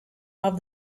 off